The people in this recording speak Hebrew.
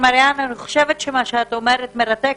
שמה שאת אומרת, מרתק.